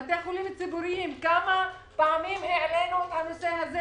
בתי חולים ציבוריים כמה פעמים העלינו את הנושא הזה,